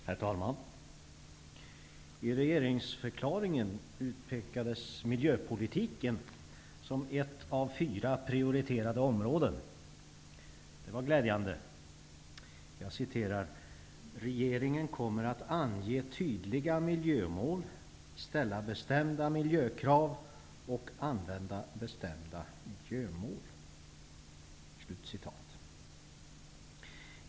Herr talman! I regeringsförklaringen utpekades miljöpolitiken som ett av fyra prioriterade områden. Det var glädjande. Jag citerar: ''Regeringen kommer att ange tydliga miljömål, ställa bestämda miljökrav och använda bestämda miljömål.''